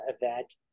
event